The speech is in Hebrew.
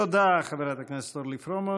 תודה לחברת הכנסת אורלי פרומן.